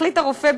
מחליט הרופא,